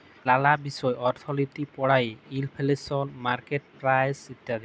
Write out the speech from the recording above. লালা বিষয় অর্থলিতি পড়ায়ে ইলফ্লেশল, মার্কেট প্রাইস ইত্যাদি